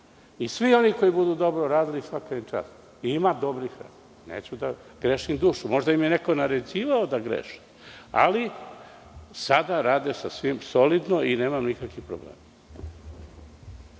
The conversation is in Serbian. Svi oni koji budu dobro radili, svaka im čast. Ima dobrih radnika, neću da grešim dušu. Možda im je neko naređivao da greše, ali sada rade sasvim solidno i nemam nikakvih problema.